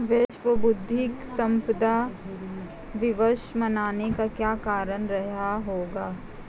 विश्व बौद्धिक संपदा दिवस मनाने का क्या कारण रहा होगा?